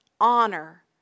honor